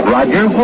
Roger